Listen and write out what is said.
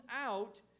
out